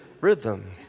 rhythm